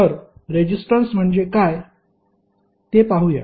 तर रेजिस्टन्स म्हणजे काय ते पाहूया